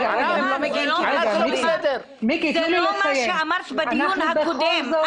זה לא מה שאמרת בדיון הקודם.